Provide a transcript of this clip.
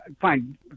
Fine